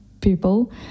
people